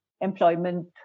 employment